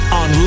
on